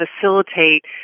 facilitate